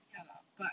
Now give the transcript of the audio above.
ya lah but